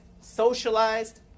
socialized